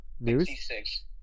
news